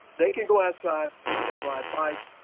they can go outside and ride bikes,